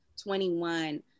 21